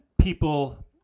people